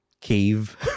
cave